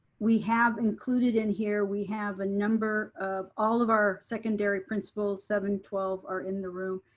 we have included in here, we have a number of all of our secondary principals, seven twelve are in the room,